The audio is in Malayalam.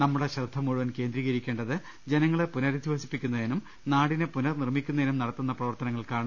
നമ്മുടെ ശ്രദ്ധ മുഴുവൻ കേന്ദ്രീകരിക്കേണ്ടത് ജന ങ്ങളെ പുനരധിവസിപ്പിക്കുന്നതിനും നാടിനെ പുനർനിർമ്മിക്കുന്ന തിനും നടത്തുന്ന പ്രവർത്തനങ്ങൾക്കാണ്